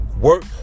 work